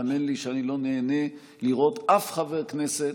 האמן לי שאני לא נהנה לראות אף חבר כנסת,